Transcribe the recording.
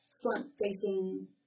front-facing